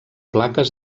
plaques